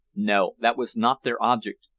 no that was not their object.